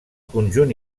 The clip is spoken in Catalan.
conjunt